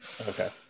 Okay